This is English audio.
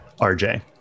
RJ